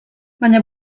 baina